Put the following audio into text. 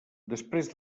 després